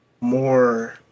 more